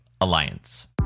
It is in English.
Alliance